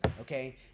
Okay